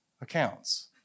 accounts